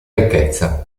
ricchezza